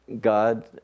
God